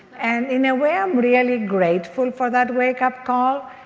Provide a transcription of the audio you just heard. and in a way, i'm really grateful for that wake up call,